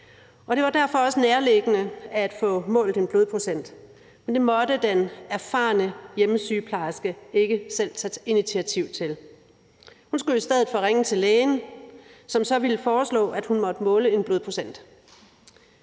det var derfor også nærliggende at få målt en blodprocent. Men det måtte den erfarne hjemmesygeplejerske ikke selv tage initiativ til. Hun skulle i stedet for ringe til lægen, som så ville foreslå, at hun måtte måle en blodprocent.